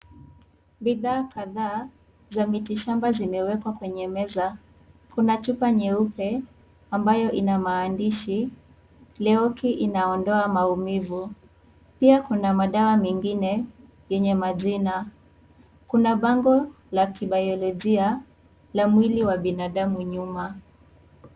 Bidhaa kadhaa za miti shamba zimewekwa kwenye meza. Kuna chupa nyeupe ambayo ina maandishi, Leoki inaondoa maumivu. Pia kuna madawa mengine yenye majina. Kuna bango la kibayolojia la mwili wa binadamu nyuma.